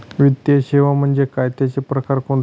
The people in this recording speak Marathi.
वित्तीय सेवा म्हणजे काय? त्यांचे प्रकार कोणते?